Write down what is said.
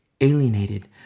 alienated